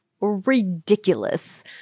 ridiculous